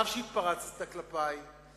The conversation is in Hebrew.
אף שהתפרצת כלפי למה התפרצתי?